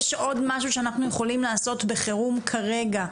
יש עוד משהו שאנחנו יכולים לעשות בחירום כרגע,